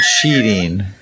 cheating